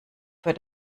für